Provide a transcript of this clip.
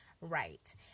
right